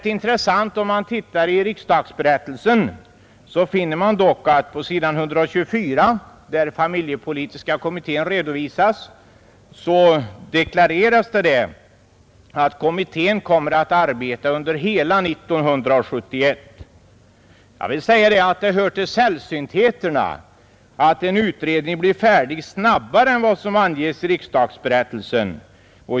Tittar man i riksdagsberättelsen finner man dock att det där på s. 124 deklareras att familjepolitiska kommittén kommer att arbeta under hela 1971. Jag vill säga att det hör till sällsyntheterna att en utredning blir färdig snabbare än vad som anges i riksdagsberättelsen.